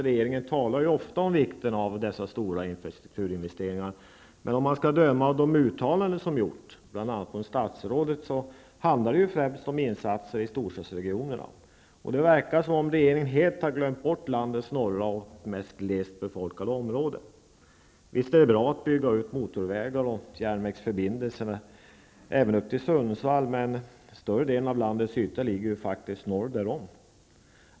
Regeringen talar ju ofta om vikten av dessa stora infrastrukturinvesteringar, men om man skall döma av de uttalanden som gjorts, bl.a. av statsrådet, handlar det främst om insatser i storstadsregionerna. Det verkar som om regeringen helt har glömt bort landets norra och mest glest befolkade områden. Visst är det bra att även bygga upp motorvägar och järnvägsförbindelser till Sundsvall, men större delen av landets yta ligger faktiskt norr därom.